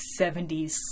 70s